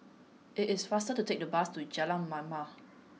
it is faster to take the bus to Jalan Mamam